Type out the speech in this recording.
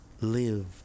live